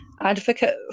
advocate